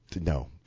No